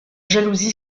jalousie